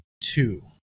two